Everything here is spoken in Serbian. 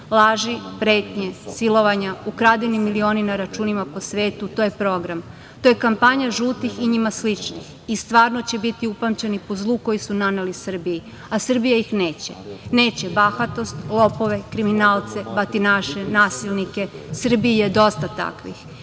pretnje, silovanja, ukradeni milioni na računima po svetu. To je program, kampanja žutih i njima sličnih i stvarno će biti upamćeni po zlu koje su naneli Srbiji, a Srbija ih neće. Neće bahatost, lopove, kriminalce, batinaše, nasilnike. Srbiji je dosta takvih